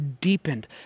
deepened